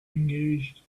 engaged